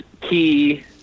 key